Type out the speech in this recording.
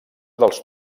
dels